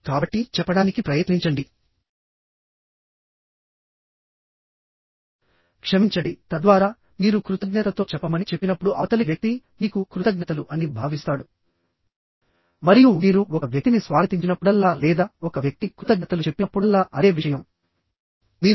కాబట్టి చెప్పడానికి ప్రయత్నించండి క్షమించండి తద్వారా మీరు కృతజ్ఞతతో చెప్పమని చెప్పినప్పుడు అవతలి వ్యక్తి మీకు కృతజ్ఞతలు అని భావిస్తాడు మరియు మీరు ఒక వ్యక్తిని స్వాగతించినప్పుడల్లా లేదా ఒక వ్యక్తి కృతజ్ఞతలు చెప్పినప్పుడల్లా అదే విషయం మీరు